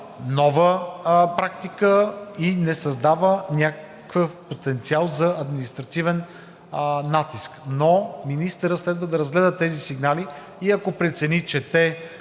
нова практика и не създава някакъв потенциал за административен натиск, но министърът следва да разгледа тези сигнали и ако прецени, че те